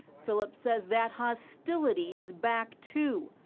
phillips says that hostility is back, too.